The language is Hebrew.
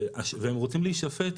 והם רוצים להישפט,